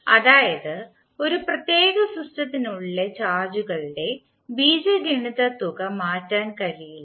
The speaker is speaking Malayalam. അതായത് ഒരു പ്രത്യേക സിസ്റ്റത്തിനുള്ളിലെ ചാർജുകളുടെ ബീജഗണിത തുക മാറ്റാൻ കഴിയില്ല